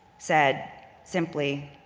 said simply,